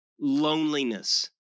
loneliness